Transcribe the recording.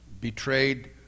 betrayed